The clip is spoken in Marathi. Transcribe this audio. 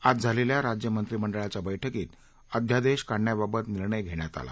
आज झालेल्या राज्य मंत्रीमंडळाच्या बैठकीत अध्यादेश काढण्याबाबत निर्णय घेण्यात आला